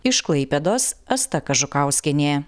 iš klaipėdos asta kažukauskienė